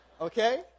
Okay